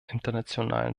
internationalen